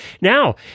Now